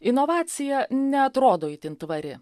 inovacija neatrodo itin tvari